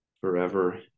forever